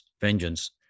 Vengeance